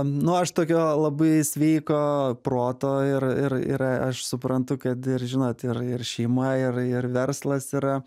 nu aš tokio labai sveiko proto ir ir ir aš suprantu kad ir žinot ir ir šeima ir ir verslas yra